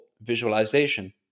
visualization